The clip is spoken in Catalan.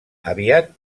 aviat